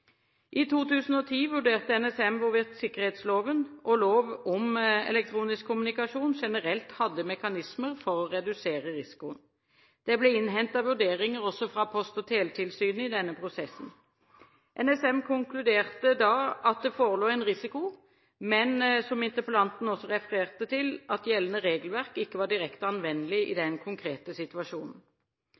I 2010 vurderte NSM hvorvidt sikkerhetsloven og lov om elektronisk kommunikasjon generelt hadde mekanismer for å redusere risikoen. Det ble innhentet vurderinger også fra Post- og teletilsynet i denne prosessen. NSM konkluderte da med at det forelå en risiko, men, som interpellanten også refererte til, at gjeldende regelverk ikke var direkte anvendelig i den konkrete situasjonen.